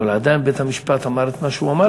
אבל עדיין בית-המשפט אמר את מה שהוא אמר אתמול.